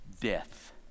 death